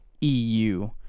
EU